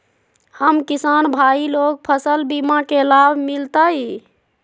हम किसान भाई लोग फसल बीमा के लाभ मिलतई?